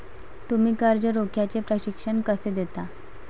तुम्ही कर्ज रोख्याचे प्रशिक्षण कसे देता?